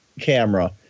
camera